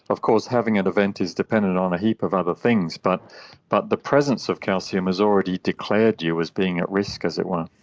of course having an event is dependent on a heap of other things, but but the presence of calcium has already declared you as being at risk, as it were.